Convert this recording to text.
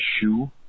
shoe